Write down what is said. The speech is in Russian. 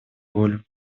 волю